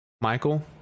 Michael